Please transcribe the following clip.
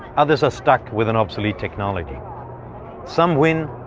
others are stuck with an obsolete technology some win,